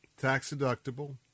Tax-deductible